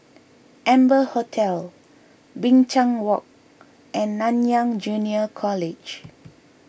Amber Hotel Binchang Walk and Nanyang Junior College